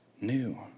new